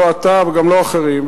לא אתה וגם לא אחרים,